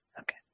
okay